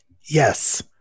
Yes